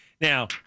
Now